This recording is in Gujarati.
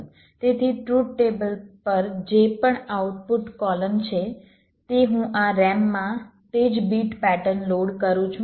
તેથી ટ્રુથ ટેબલ પર જે પણ આઉટપુટ કોલમ છે તે હું આ RAMમાં તે જ બીટ પેટર્ન લોડ કરું છું